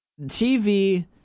TV